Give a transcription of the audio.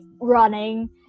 running